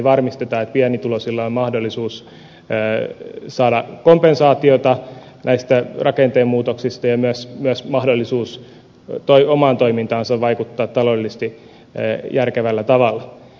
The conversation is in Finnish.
varmistetaan että pienituloisilla on mahdollisuus saada kompensaatiota näistä rakennemuutoksista ja myös mahdollisuus vaikuttaa omaan toimintaansa taloudellisesti järkevällä tavalla